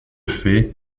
fait